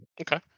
Okay